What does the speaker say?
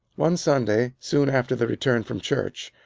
one sunday, soon after the return from church,